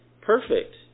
perfect